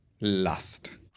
lust